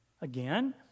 Again